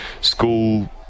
school